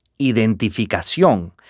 identificación